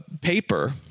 paper